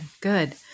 good